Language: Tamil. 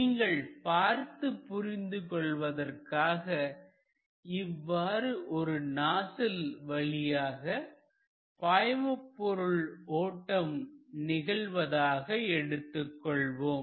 நீங்கள் பார்த்து புரிந்து கொள்வதற்காக இவ்வாறு ஒரு நாசில் வழியாக பாய்மபொருள் ஓட்டம் நிகழ்வதாக எடுத்துக்கொள்வோம்